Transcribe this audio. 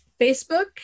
Facebook